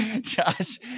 Josh